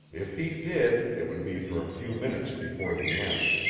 if he did, it would be for a few minutes before the end.